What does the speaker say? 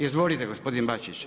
Izvolite gospodine Bačić.